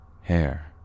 Hair